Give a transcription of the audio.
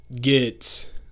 get